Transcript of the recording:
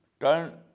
turn